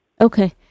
Okay